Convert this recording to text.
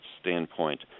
standpoint